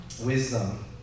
wisdom